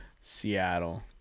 Seattle